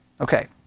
Okay